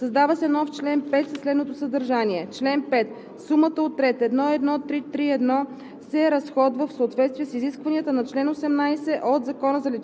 Постъпило е предложение от народния представител Валентина Александрова Найденова: „Създава се нов чл. 5 със следното съдържание: „Чл. 5. Сумата от ред 1.1.3.3.1.